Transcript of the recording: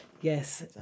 Yes